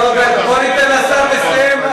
רוברט, בוא ניתן לשר לסיים.